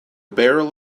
barrel